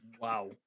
Wow